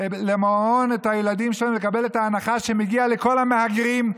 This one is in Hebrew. את הילדים שלהן למעון ולקבל את ההנחה שמגיעה לכל המהגרים,